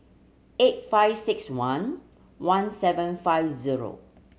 eight five six one one seven five zero